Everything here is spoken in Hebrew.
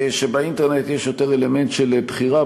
נכון שבאינטרנט יש יותר אלמנט של בחירה,